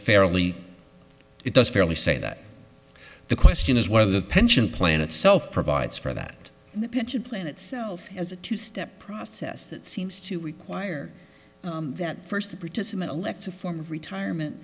fairly it does fairly say that the question is whether the pension plan itself provides for that the pension plan itself as a two step process that seems to require that first participant elects a form of retirement